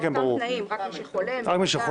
ובאותם תנאים: רק מי שחולה --- כן,